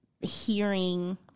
hearing